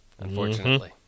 unfortunately